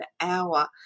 hour